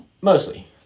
Mostly